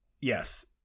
Yes